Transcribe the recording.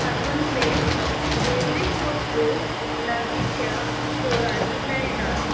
हातूंतलें बेजीक वस्तू लागीच्या स्टोरानी मेळटात